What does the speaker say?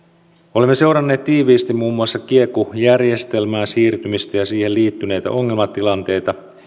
olemme seuranneet tiiviisti muun muassa kieku järjestelmään siirtymistä ja siihen liittyneitä ongelmatilanteita